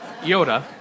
Yoda